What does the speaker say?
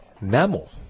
Mammal